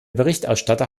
berichterstatter